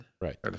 Right